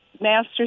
master